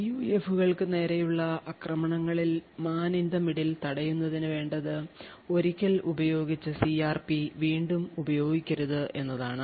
പിയുഎഫുകൾക്ക് നേരെയുള്ള ആക്രമണങ്ങളിൽ Man in the Middle തടയുന്നതിന് വേണ്ടത് ഒരിക്കൽ ഉപയോഗിച്ച സിആർപി വീണ്ടും ഉപയോഗിക്കരുത് എന്നതാണ്